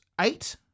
eight